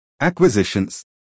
acquisitions